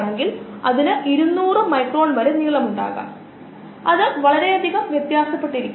glucose സ്രോതസ്സായി lignocellulosic വസ്തുക്കളിൽ നിലവിൽ വളരെയധികം ഗവേഷണം നടത്തുന്നു